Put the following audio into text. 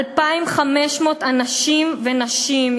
2,500 אנשים ונשים,